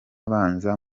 abanza